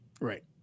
Right